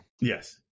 Yes